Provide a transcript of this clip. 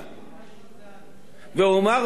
אומר מייד במאמר מוסגר